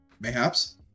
Mayhaps